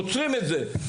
עוצרים את זה,